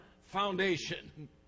foundation